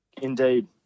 Indeed